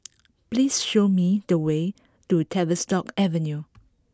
please show me the way to Tavistock Avenue